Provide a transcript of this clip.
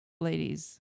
ladies